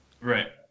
Right